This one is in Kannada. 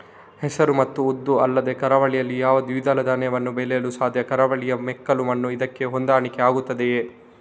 ಹೆಸರು ಮತ್ತು ಉದ್ದು ಅಲ್ಲದೆ ಕರಾವಳಿಯಲ್ಲಿ ಯಾವ ದ್ವಿದಳ ಧಾನ್ಯವನ್ನು ಬೆಳೆಯಲು ಸಾಧ್ಯ? ಕರಾವಳಿಯ ಮೆಕ್ಕಲು ಮಣ್ಣು ಇದಕ್ಕೆ ಹೊಂದಾಣಿಕೆ ಆಗುತ್ತದೆಯೇ?